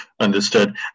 understood